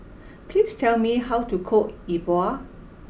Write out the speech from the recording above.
please tell me how to cook E Bua